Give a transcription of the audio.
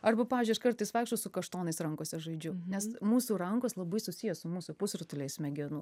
arba pavyzdžiui aš kartais vaikštau su kaštonais rankose žaidžiu nes mūsų rankos labai susiję su mūsų pusrutuliais smegenų